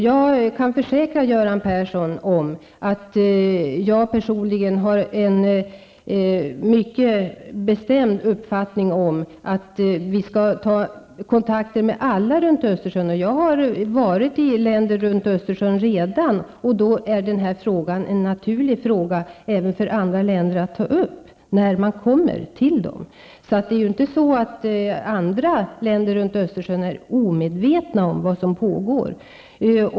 Jag kan försäkra Göran Persson att jag personligen har den mycket bestämda uppfattningen att vi bör sätta oss i förbindelse med representanter för alla länder kring Östersjön. Jag har redan varit i vissa länder vid Östersjön. Den här frågan är naturlig att ta upp när man besöker länderna. Andra länder vid Östersjön är inte omedvetna om vad som pågår.